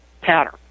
pattern